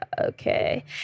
okay